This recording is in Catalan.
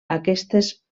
aquestes